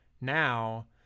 now